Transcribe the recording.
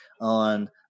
on